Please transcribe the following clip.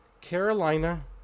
Carolina